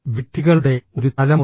വിഡ്ഢികളുടെ ഒരു തലമുറ